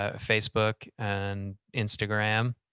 ah facebook and instagram.